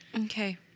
Okay